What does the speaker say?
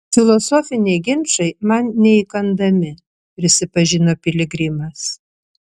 filosofiniai ginčai man neįkandami prisipažino piligrimas